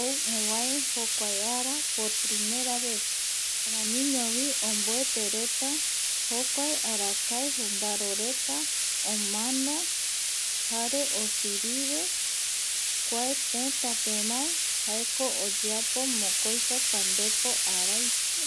ou ovae jokuae ara por primera vez jaeramiñovi omboetereta jokuae arakae jundaroreta omano jare osirive kuae tetapevae jaeko oyeapo mokoipa pandepi araivipe.